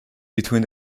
between